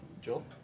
joel